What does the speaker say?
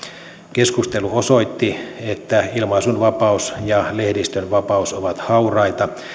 keskustelu osoitti että ilmaisun vapaus ja lehdistön vapaus ovat hauraita